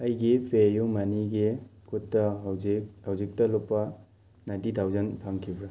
ꯑꯩꯒꯤ ꯄꯦ ꯏꯌꯨ ꯃꯅꯤꯒꯤ ꯈꯨꯠꯇ ꯍꯧꯖꯤꯛ ꯍꯧꯖꯤꯛꯇ ꯂꯨꯄꯥ ꯅꯥꯏꯟꯇꯤ ꯊꯥꯎꯖꯟ ꯐꯪꯈꯤꯕ꯭ꯔꯥ